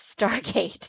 Stargate